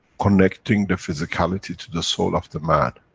connecting the physicality to the soul of the man,